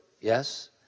yes